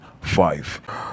five